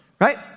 right